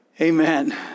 Amen